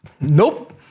Nope